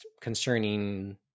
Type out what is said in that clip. concerning